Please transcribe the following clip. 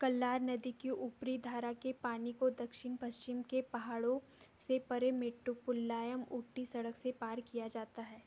कल्लार नदी की ऊपरी धारा के पानी को दक्षिण पश्चिम के पहाड़ों से परे मेट्टुपुल्लायम ऊटी सड़क से पार किया जाता है